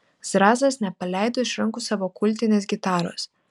zrazas nepaleido iš rankų savo kultinės gitaros